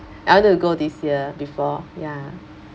I wanted to go this year before ya